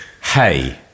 Hey